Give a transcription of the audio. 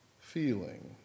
feeling